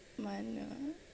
mana